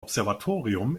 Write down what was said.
observatorium